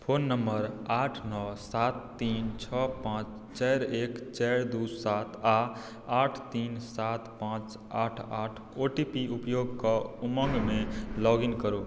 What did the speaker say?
phone number आठ नओ सात तीन छओ पाँच चारि एक चारि दू सात आ आठ तीन सात पाँच आठ आठ ओ टी पीक उपयोग कऽ उमङ्ग मे लॉग इन करु